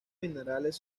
minerales